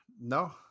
No